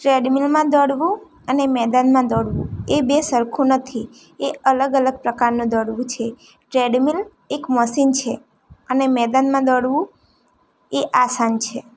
ટ્રેડમિલમાં દોડવું અને મેદાનમાં દોડવું એ બે સરખું નથી એ અલગ અલગ પ્રકારનું દોડવું છે ટ્રેડમિલ એક મશીન છે અને મેદાનમાં દોડવું એ આસન છે